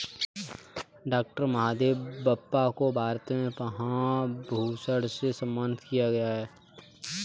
doctor Mahadevappa को भारत में पद्म भूषण से सम्मानित किया गया है